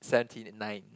seventy nine